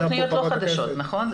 אלה תוכניות לא חדשות, נכון?